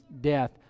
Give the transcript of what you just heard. death